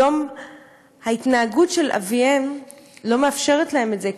והיום ההתנהגות של אביהם לא מאפשרת להם את זה.